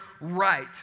right